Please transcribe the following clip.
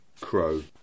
Crow